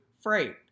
freight